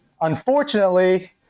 unfortunately